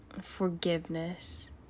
forgiveness